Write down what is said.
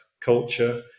culture